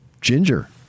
Ginger